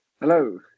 Hello